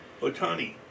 Otani